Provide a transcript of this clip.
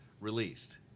released